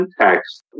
context